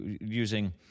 using